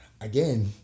Again